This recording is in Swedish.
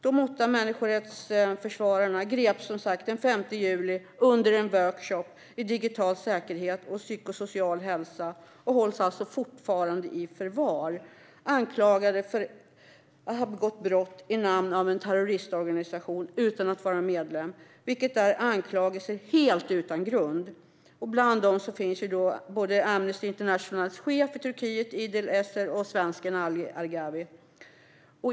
De åtta människorättsförsvararna greps den 5 juli under en workshop i digital säkerhet och psykosocial hälsa och hålls alltså fortfarande i förvar. De är anklagade för att ha begått brott i en terroristorganisations namn, utan att vara medlemmar, vilket är anklagelser helt utan grund. Bland de gripna finns Amnesty Internationals chef i Turkiet, Idil Eser, och svensken Ali Gharavi.